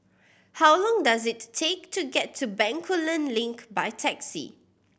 how long does it take to get to Bencoolen Link by taxi